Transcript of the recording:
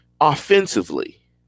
Offensively